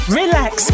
relax